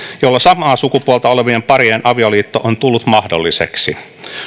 jolla samaa sukupuolta olevien parien avioliitto on tullut mahdolliseksi